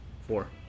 Four